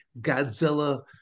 Godzilla